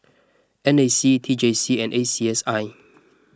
N A C T J C and A C S I